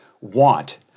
want